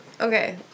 okay